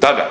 tada.